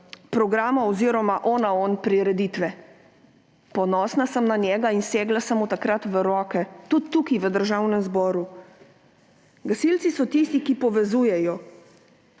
programa oziroma prireditve Ona ali on. Ponosna sem na njega in segla sem mu takrat v roko, tudi tukaj v Državnem zboru. Gasilci so tisti, ki povezujejo.